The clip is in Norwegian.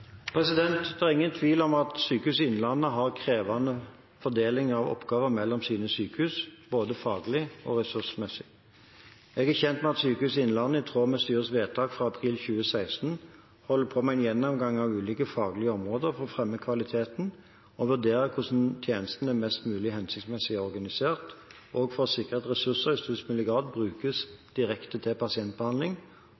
Det er ingen tvil om at Sykehuset Innlandet har en krevende fordeling av oppgaver mellom sine sykehus, både faglig og ressursmessig. Jeg er kjent med at Sykehuset Innlandet, i tråd med styrets vedtak fra april 2016, holder på med en gjennomgang av ulike faglige områder for å fremme kvaliteten og vurdere hvordan tjenestene mest mulig hensiktsmessig er organisert, og for å sikre at ressurser i størst mulig grad brukes